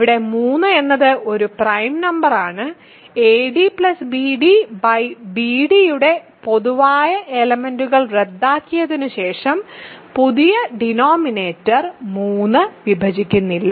ഇവിടെ 3 എന്നത് ഒരു പ്രൈം നമ്പറാണ് adbcbd യുടെ പൊതുവായ എലെമെന്റ്സ്കൾ റദ്ദാക്കിയതിനുശേഷം പുതിയ ഡിനോമിനേറ്റർ 3 വിഭജിക്കുന്നില്ല